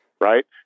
Right